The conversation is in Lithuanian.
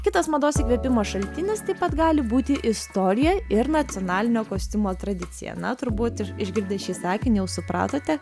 kitas mados įkvėpimo šaltinis taip pat gali būti istorija ir nacionalinio kostiumo tradicija na turbūt išgirdę šį sakinį jau supratote